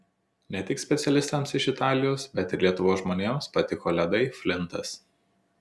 ne tik specialistams iš italijos bet ir lietuvos žmonėms patiko ledai flintas